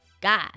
God